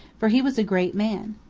for he was a great man.